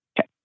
Okay